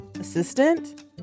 assistant